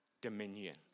dominion